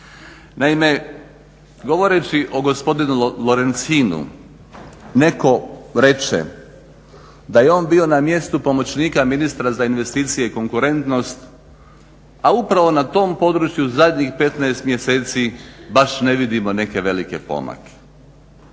Naime, govoreći o gospodinu Lorencinu netko reče da je on bio na mjestu pomoćnika ministra za investicije i konkurentnost a upravo na tom području zadnjih 15 mjeseci baš ne vidimo neke velike pomake.